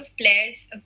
players